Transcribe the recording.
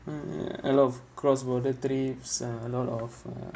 mm a lot of cross border trips uh a lot of uh